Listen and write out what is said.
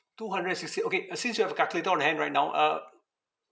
two hundred and sixty okay uh since you have a calculator on hand right now uh